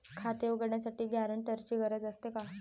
खाते उघडण्यासाठी गॅरेंटरची गरज असते का?